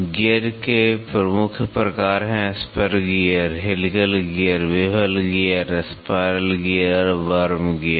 gear के प्रमुख प्रकार हैं spur gear helical gear bevel gear spiral gear और वर्म गियर